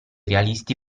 realisti